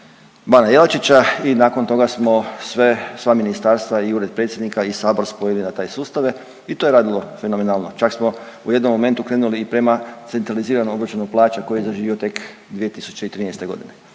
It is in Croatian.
bana Jelačića i nakon toga smo sve, sva ministarstva i Ured predsjednika i Sabor spojili na taj sustave i to je radilo fenomenalno. Čak smo u jednom momentu krenuli prema centraliziranom obračunu plaća koji je zaživio tek 2013. g.,